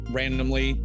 randomly